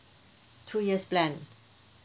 two years plan